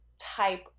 type